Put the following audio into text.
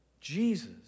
Jesus